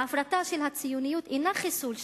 ההפרטה של הציוניות אינה חיסול שלה,